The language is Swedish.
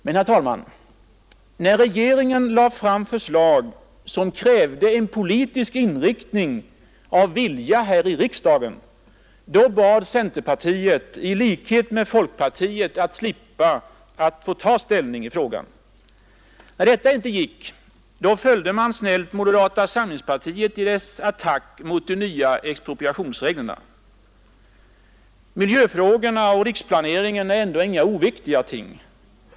Men när regeringen i riksdagen lade fram förslag som krävde en politisk viljeinriktning bad centerpartiet i likhet med folkpartiet att slippa ta ställning i frågan. När detta inte gick, följde man snällt moderata samlingspartiet i dess attack mot de nya expropriationsreglerna. Miljöfrågorna och riksplaneringen är ändå inga oviktiga ting.